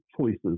choices